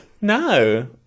No